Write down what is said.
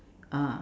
ah